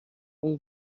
اون